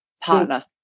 Partner